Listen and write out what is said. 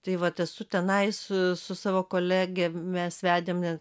tai vat esu tenais su savo kolege mes vedėme